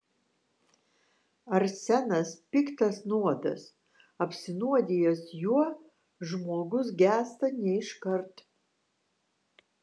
arsenas piktas nuodas apsinuodijęs juo žmogus gęsta ne iškart